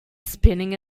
spinning